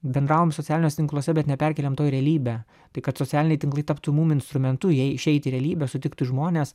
bendravom socialiniuose tinkluose bet neperkėlėm to į realybę tai kad socialiniai tinklai taptų mum instrumentu jei išeit į realybę sutikti žmones